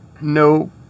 no